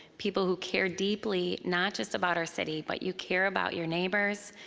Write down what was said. people who care deeply, not just about our city, but you care about your neighbors,